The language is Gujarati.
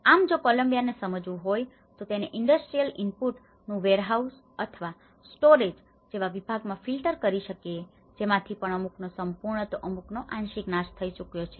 આમ જો કોલંબિયાને સમજવું હોય તો તેને ઇંડસ્ટ્રિયલ ઈનપુટ industrial input ઔદ્યોગિક નિવેશ વેરહાઉસ warehouse વખાર અથવા સ્ટોરેજ storage સંગ્રહ વ્યવસ્થા જેવા વિભાગમાં ફિલ્ટર filter તારવું કરી શકીએ જેમાંથી પણ અમુકનો સંપૂર્ણ તો અમુકનો આંશિક નાશ થઈ ચૂક્યો છે